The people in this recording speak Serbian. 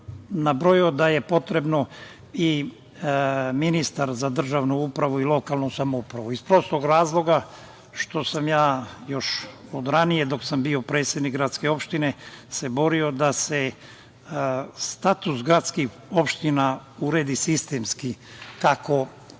da je potrebno da i ministar za državnu upravu i lokalnu samoupravu? Iz prostog razloga što sam se ja još od ranije, dok sam bio predsednik gradske opštine, borio da se status gradskih opština uredi sistemski, kako